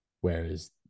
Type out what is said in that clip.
whereas